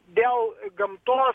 dėl gamtos